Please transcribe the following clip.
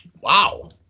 Wow